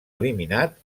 eliminat